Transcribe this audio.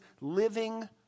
living